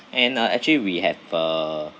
and ah actually we have a